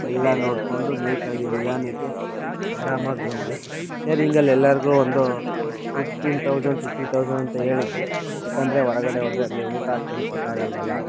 ಎಲ್ಲ ನೋಡ್ಕೊಂಡು ನೀಟಾಗಿ ನಿಧಾನಕ್ಕೆ ಆರಾಮಾಗಿ ಬಂದ್ವಿ ಶೇರಿಂಗಲ್ಲಿ ಎಲ್ಲರಿಗೂ ಒಂದು ಫಿಫ್ಟೀನ್ ಥೌಸಂಡ್ ಫಿಫ್ಟೀನ್ ಥೌಸಂಡ್ ಅಂತ ಹೇಳಿದ್ವಿ ಏಕೆಂದ್ರೆ ಹೊರಗಡೆ ಹೋದರೆ ಅಲ್ಲಿ ಊಟ ಅಷ್ಟೊಂದು ಸೆಟ್ ಆಗಲ್ವಲ್ಲ ಅಂತ